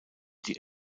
die